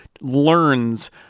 learns